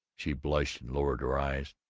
she blushed and lowered her eyes.